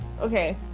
okay